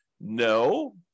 No